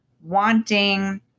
wanting